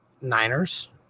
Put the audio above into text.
Niners